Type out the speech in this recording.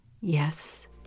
yes